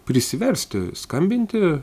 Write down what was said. prisiversti skambinti